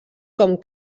com